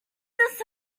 this